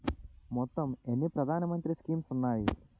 మొత్తం ఎన్ని ప్రధాన మంత్రి స్కీమ్స్ ఉన్నాయి?